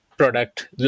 product